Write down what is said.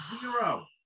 zero